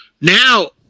now